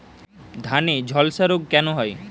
ধানে ঝলসা রোগ কেন হয়?